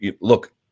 Look